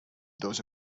those